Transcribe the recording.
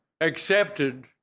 accepted